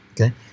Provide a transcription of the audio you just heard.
okay